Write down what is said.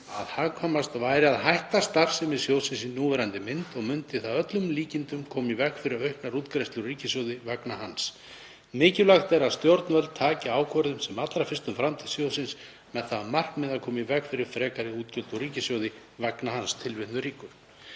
að hagkvæmast væri að hætta starfsemi sjóðsins í núverandi mynd og mundi það að öllum líkindum koma í veg fyrir auknar útgreiðslur úr ríkissjóði vegna hans. Mikilvægt er að stjórnvöld taki ákvörðun sem allra fyrst um framtíð sjóðsins með það að markmiði að koma í veg fyrir frekari útgjöld úr ríkissjóði vegna hans.“ Ég